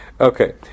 Okay